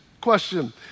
Question